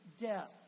death